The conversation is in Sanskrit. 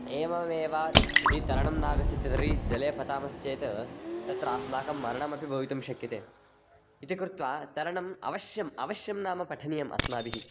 एवमेव यदि तरणं नागच्छति तर्हि जले पतामश्चेत् तत्र अस्माकं मरणमपि भवितुं शक्यते इति कृत्वा तरणम् अवश्यम् अवश्यं नाम पठनीयम् अस्माभिः